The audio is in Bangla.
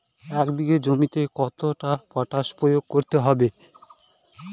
এক বিঘে জমিতে কতটা পটাশ প্রয়োগ করতে হবে?